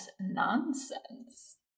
nonsense